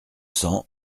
cents